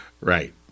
right